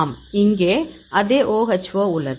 ஆம் இங்கே அதே OHO உள்ளது